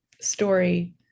story